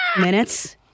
minutes